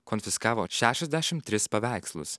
konfiskavo šešiasdešim tris paveikslus